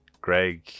greg